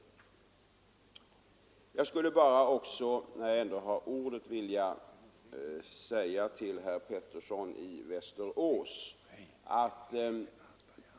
När jag nu ändå har ordet skulle jag också vilja vända mig till herr Pettersson i Västerås.